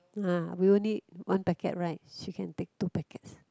uh we only one packet right she can take two packets